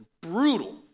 brutal